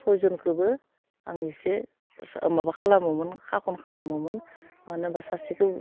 सयजनखौबो आं एसे सा माबा खालामोमोन खाखन खालामोमोन मानो होनबा सासेखौ